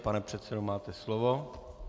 Pane předsedo, máte slovo.